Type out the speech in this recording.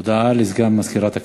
את